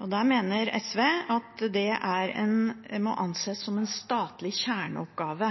Der mener SV at det må anses som en statlig kjerneoppgave,